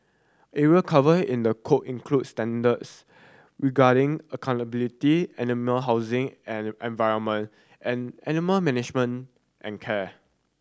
area covered in the code include standards regarding accountability animal housing and environment and animal management and care